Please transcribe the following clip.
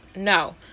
No